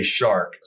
Shark